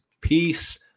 peace